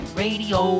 radio